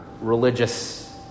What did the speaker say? religious